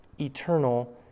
eternal